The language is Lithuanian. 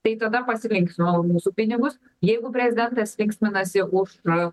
tai tada pasilinksmino už mūsų pinigus jeigu prezidentas linksminasi už